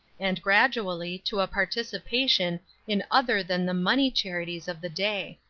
and gradually to a participation in other than the money charities of the day.